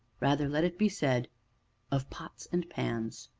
rather let it be said of pots and pans.